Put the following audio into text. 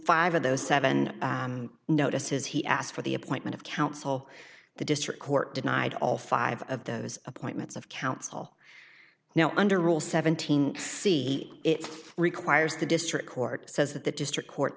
five of those seven notices he asked for the appointment of counsel the district court denied all five of those appointments of counsel now under rule seventeenth see it requires the district court says that the district court